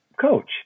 coach